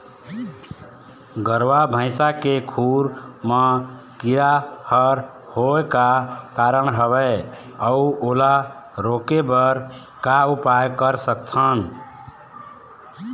गरवा भैंसा के खुर मा कीरा हर होय का कारण हवए अऊ ओला रोके बर का उपाय कर सकथन?